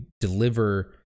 deliver